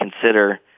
consider